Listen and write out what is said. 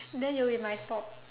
then it will be my fault